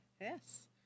Yes